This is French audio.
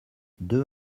deux